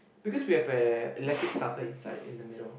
because we have an electric starter inside in the middle